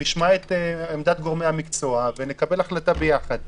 נשמע את עמדת גורמי המקצוע ונקבל החלטה ביחד.